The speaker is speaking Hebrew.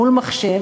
מול מחשב,